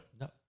No